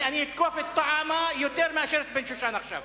אני אתקוף את טועמה יותר מאשר את בן-שושן עכשיו.